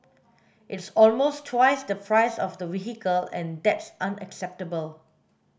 it's almost twice the price of the vehicle and that's unacceptable